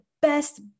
best